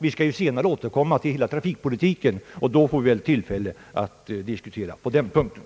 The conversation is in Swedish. Vi skall ju senare återkomma till hela trafikpolitiken, och då får vi också tillfälle att diskutera den saken.